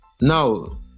now